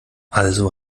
also